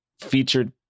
featured